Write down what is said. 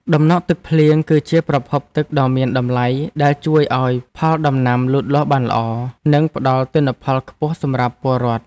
តំណក់ទឹកភ្លៀង គឺជាប្រភពទឹកដ៏មានតម្លៃដែលជួយឱ្យផលដំណាំលូតលាស់បានល្អ និងផ្តល់ទិន្នផលខ្ពស់សម្រាប់ពលរដ្ឋ។